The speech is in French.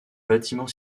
bâtiment